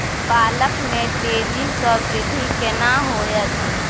पालक में तेजी स वृद्धि केना होयत?